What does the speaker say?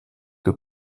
que